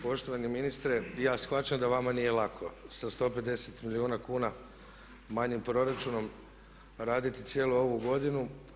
Poštovani ministre, ja shvaćam da vama nije lako sa 150 milijuna kuna manjim proračunom raditi cijelu ovu godinu.